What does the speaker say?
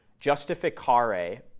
Justificare